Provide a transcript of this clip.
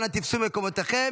אנא תפסו מקומותיכם.